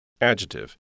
Adjective